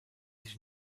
sich